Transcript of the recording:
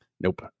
nope